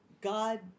God